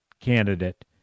candidate